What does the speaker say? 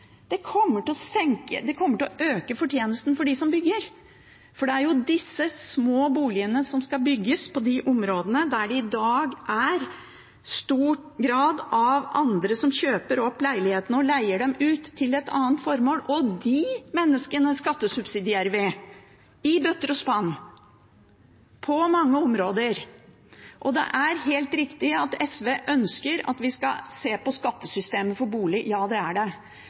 dette kommer til å senke prisene. Nei, det gjør ikke det; det kommer til å øke fortjenesten for dem som bygger. For det er jo disse små boligene som skal bygges på de områdene der det i dag i stor grad er andre som kjøper opp leilighetene og leier dem ut til et annet formål – og de menneskene skattesubsidierer vi, i bøtter og spann, på mange områder. Det er helt riktig at SV ønsker at vi skal se på skattesystemet for bolig,